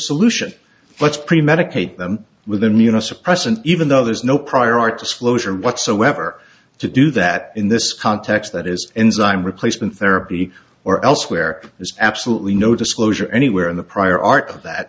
solution but pretty medicate them with immuno suppressant even though there's no prior art disclosure whatsoever to do that in this context that is enzyme replacement therapy or elsewhere there's absolutely no disclosure anywhere in the prior art of that